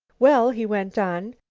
well, he went on,